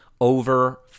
over